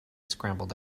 scrambled